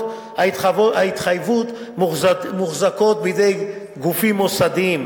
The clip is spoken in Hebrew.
ההתחייבות מוחזקות בידי גופים מוסדיים,